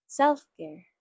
self-care